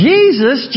Jesus